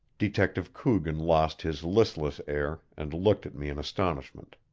detective coogan lost his listless air, and looked at me in astonishment.